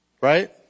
Right